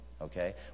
Okay